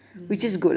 mm